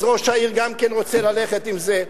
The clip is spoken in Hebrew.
אז ראש העיר גם כן רוצה ללכת עם זה.